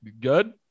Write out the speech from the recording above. good